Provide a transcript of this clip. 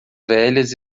velhas